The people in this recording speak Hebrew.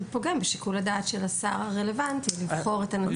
זה פוגם בשיקול הדעת של השר הרלוונטי לבחור את הנציג מטעמו.